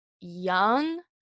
young